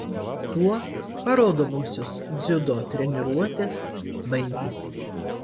tuo parodomosios dziudo treniruotės baigėsi